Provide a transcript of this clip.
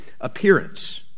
appearance